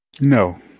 no